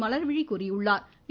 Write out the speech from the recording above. மலா்விழி கூறியுள்ளாா்